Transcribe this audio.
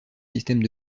systèmes